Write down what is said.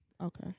Okay